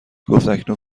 گفتاکنون